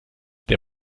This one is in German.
der